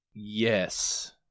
Yes